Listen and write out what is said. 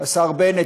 השר בנט,